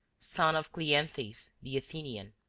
son of cleanthes the athenian.